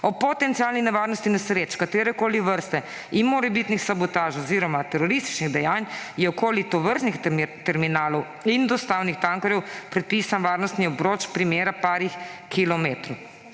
Ob potencialni nevarnosti nesreč katerekoli vrste in morebitnih sabotaž oziroma terorističnih dejanj je okoli tovrstnih terminalov in dostavnih tankerjev predpisan varnostni obroč premera nekaj kilometrov.